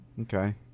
Okay